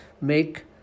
make